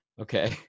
Okay